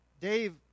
Dave